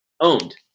owned